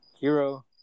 Hero